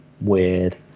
weird